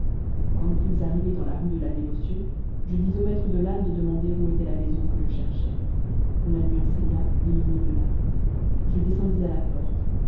quand nous fûmes arrivés dans la rue de la dévotion je dis au maître de l'âne de demander où était la maison que je cherchais on la lui enseigna et il m'y mena je descendis à la porte